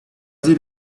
did